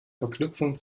verknüpfung